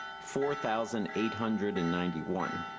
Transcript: four thousand eight hundred and ninety one.